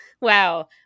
wow